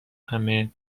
همه